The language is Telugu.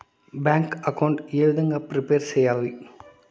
బ్యాంకు అకౌంట్ ఏ విధంగా ప్రిపేర్ సెయ్యాలి?